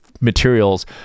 materials